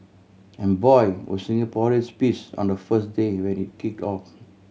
and boy were Singaporeans piss on the first day when it kicked off